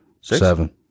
Seven